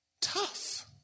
Tough